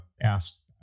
asked